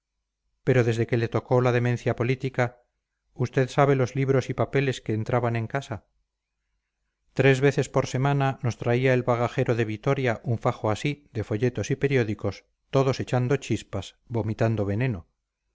pero desde que le tocó la demencia política usted sabe los libros y papeles que entraban en casa tres veces por semana nos traía el bagajero de vitoria un fajo así de folletos y periódicos todos echando chispas vomitando veneno